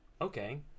okay